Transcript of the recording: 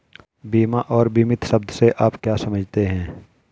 बीमा और बीमित शब्द से आप क्या समझते हैं?